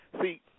See